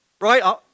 Right